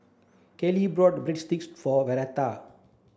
Callie bought Breadsticks for Vernita